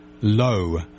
low